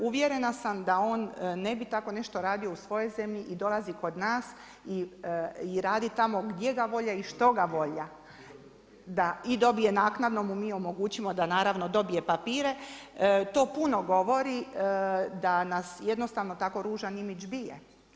Uvjerena sam da on ne bi tako nešto radio u svojoj zemlji, dolazi kod nas i radi tamo gdje ga volja i što ga volja da, i dobije naknadno mu mi omogućimo da naravno, dobije papire, to puno govori da nas jednostavan takav ružan bije.